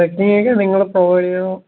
ട്രക്കിങ്ങൊക്കെ നിങ്ങൾ പ്രൊവൈഡ് ചെയ്യുമോ